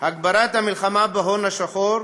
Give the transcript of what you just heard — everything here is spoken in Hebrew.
הגברת המלחמה בהון השחור,